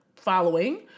following